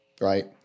right